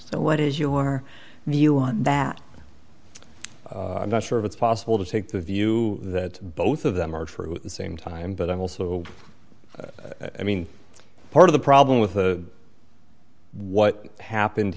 so what is your view on that i'm not sure if it's possible to take the view that both of them are true at the same time but i also i mean part of the problem with the what happened